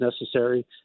necessary